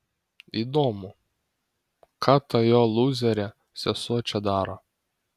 įdomu ką ta jo lūzerė sesuo čia daro